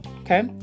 okay